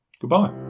Goodbye